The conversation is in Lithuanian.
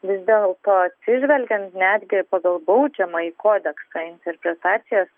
vis dėlto atsižvelgiant netgi pagal baudžiamąjį kodeksą interpretacijas